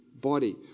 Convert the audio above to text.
body